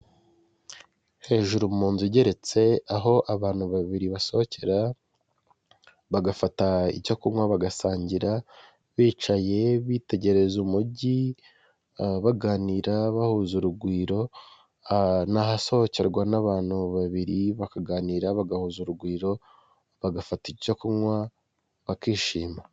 Hejuru mu nzu igeretse aho abantu babiri basohokera bagafata icyo kunywa bagasangira bicaye bitegereza umujyi baganira bahuza urugwiro , nahasohokerwa n'abantu babiri bakaganira bagahuza urugwiro bagafata icyo kunywa bakishima .